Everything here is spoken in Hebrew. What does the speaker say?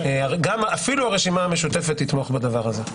אפילו הרשימה המשותפת תתמוך בדבר הזה.